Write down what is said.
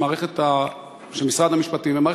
שהמערכת של משרד המשפטים,